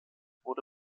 wurde